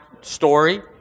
story